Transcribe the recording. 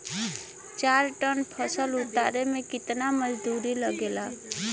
चार टन फसल उतारे में कितना मजदूरी लागेला?